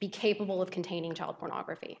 be capable of containing child pornography